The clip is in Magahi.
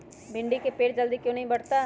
भिंडी का पेड़ जल्दी क्यों नहीं बढ़ता हैं?